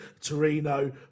Torino